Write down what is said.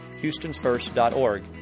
houstonsfirst.org